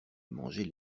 manger